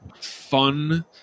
fun